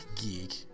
geek